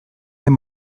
den